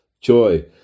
joy